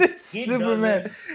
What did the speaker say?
Superman